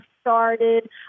started